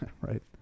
Right